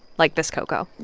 like this ko'ko'